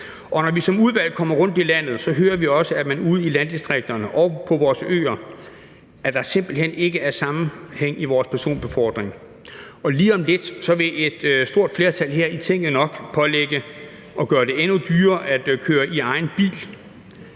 Og når vi som udvalg kommer rundt i landet, hører vi også, at der ude i landdistrikterne og på vores øer simpelt hen ikke er sammenhæng i vores personbefordring. Og lige om lidt vil et stort flertal her i Tinget nok gøre det endnu dyrere at køre i egen bil.